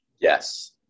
Yes